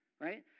right